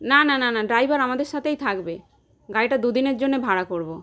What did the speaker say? না না না না ড্রাইভার আমাদের সাথেই থাকবে গাড়িটা দু দিনের জন্যে ভাড়া করবো